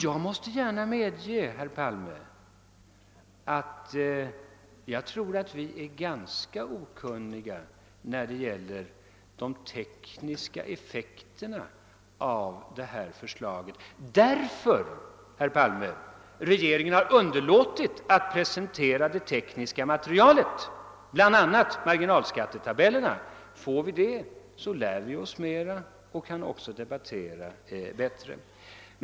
Jag kan gärna medge, herr Palme, att vi har svårt att bedöma de tekniska effekterna av förslaget. Anledningen till det är emellertid, herr Palme, att regeringen har underlåtit att presentera det tekniska materialet, bl.a. marginalskattetabellerna. Får vi dem lär vi oss mer och kan debattera bättre.